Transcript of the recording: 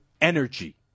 energy